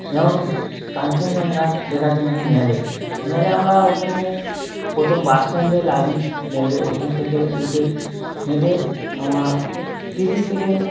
এবং কাঞ্চনজঙ্ঘা দেখার জন্য আমি মলে মলে আমরা ওখানে প্রথম বাস স্ট্যান্ডে লাবি লেবে ওখান থেকে উঠে হোটেল আমার তিরিশ থেকে